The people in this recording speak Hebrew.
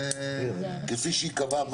ו --- כפי שהיא קבעה,